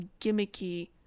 gimmicky